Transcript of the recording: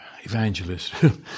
evangelist